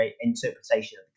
interpretation